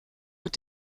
mit